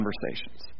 conversations